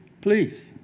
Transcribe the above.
Please